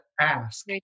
ask